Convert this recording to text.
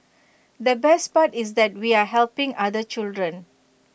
the best part is that we are helping other children